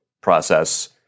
process